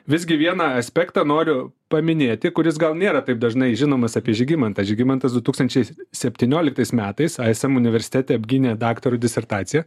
visgi vieną aspektą noriu paminėti kuris gal nėra taip dažnai žinomas apie žygimantas žygimantas du tūkstančiai septynioliktais metais ism universitete apgynė daktaro disertaciją